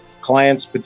clients